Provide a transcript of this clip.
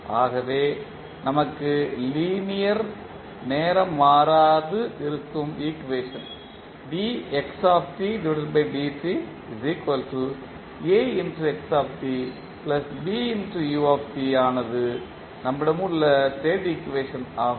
ஆகவே நமக்கு லீனியர் நேரம் மாறாது இருக்கும் ஈக்குவேஷன் ஆனது நம்மிடம் உள்ள ஸ்டேட் ஈக்குவேஷன் ஆகும்